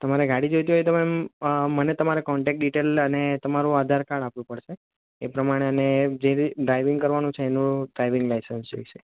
તમારે ગાડી જોઈતી હોય તો મેમ મને તમારા કોન્ટેક્ટ ડિટેલ અને તમારું આધાર કાર્ડ આપવું પડશે એ પ્રમાણે અને જે ડ્રાઇવિંગ કરવાનું છે એનું ડ્રાઇવિંગ લાઇસન્સ જોઈશે